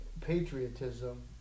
patriotism